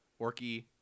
Orky